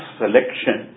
selection